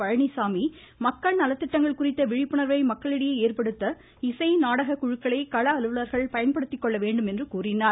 பழனிச்சாமி மக்கள் நலத்திட்டங்கள் குறித்த விழிப்புணர்வை மக்களிடையே ஏற்படுத்த இசை நாடக குழுக்களை கள அலுவலர்கள் பயன்படுத்திக்கொள்ள வேண்டும் என்றார்